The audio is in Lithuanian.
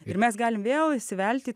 ir mes galim vėl įsivelti